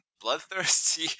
bloodthirsty